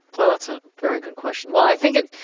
well, that's a very good question. well, i think it,